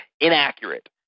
inaccurate